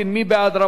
מי נגד?